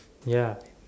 ya